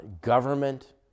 government